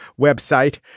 website